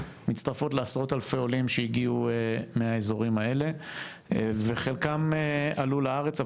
מצטרפות לעשרות אלפי עולים שהגיעו מהאזורים האלה וחלקם עלו לארץ,